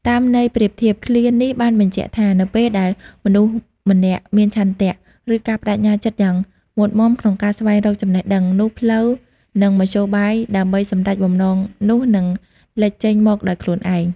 តាមន័យប្រៀបធៀប ឃ្លានេះបានបញ្ជាក់ថា នៅពេលដែលមនុស្សម្នាក់មានឆន្ទៈ និងការប្ដេជ្ញាចិត្តយ៉ាងមុតមាំក្នុងការស្វែងរកចំណេះដឹង នោះផ្លូវ និងមធ្យោបាយដើម្បីសម្រេចបំណងនោះនឹងលេចចេញមកដោយខ្លួនឯង។